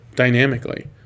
dynamically